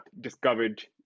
discovered